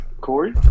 Corey